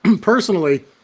Personally